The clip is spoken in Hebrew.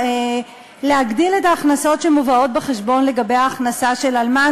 להגדיל את ההכנסות שמובאות בחשבון לגבי ההכנסה של אלמן,